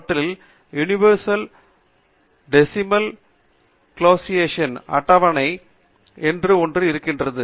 அவற்றில் universal decimal classification அட்டவணை என்று ஒன்று இருக்கிறது